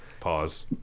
pause